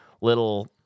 little